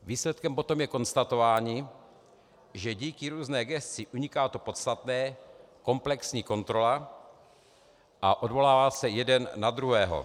Výsledkem potom je konstatování, že díky různé gesci uniká to podstatné, komplexní kontrola, a odvolává se jeden na druhého.